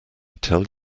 tell